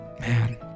man